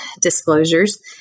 disclosures